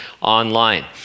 online